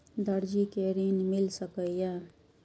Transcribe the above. दर्जी कै ऋण मिल सके ये?